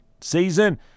season